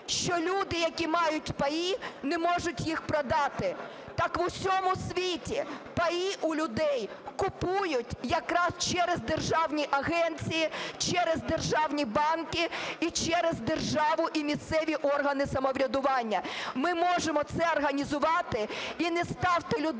що люди, які мають паї, не можуть їх продати. Так в усьому світі паї у людей купують якраз через державні агенції, через державні банки і через державу, і місцеві органи самоврядування. Ми можемо це організувати. І не ставте людей,